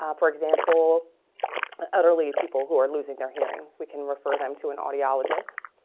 um for example utterly people who are losing their hearing we can refer them to an audiologist